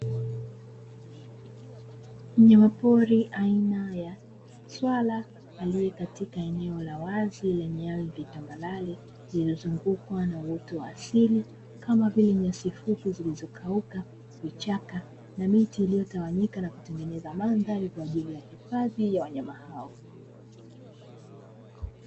Mnyama pori aina ya swala, aliye katika eneo la wazi lenye ardhi tambarare, iliyozungukwa na uoto wa asili kama vile, nyasi fupi zilizokauka, vichaka na miti iliyotawanyika na kutengeneza mandhari kwa ajili ya hifadhi ya wanyama hao.